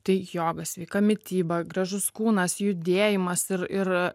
tai joga sveika mityba gražus kūnas judėjimas ir ir